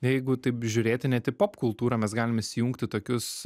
jeigu taip žiūrėti net į pop kultūrą mes galim įsijungti tokius